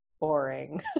boring